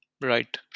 Right